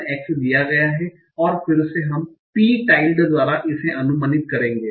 x दिया गया हैं और फिर से हम P tilde द्वारा इसे अनुमानित करेंगे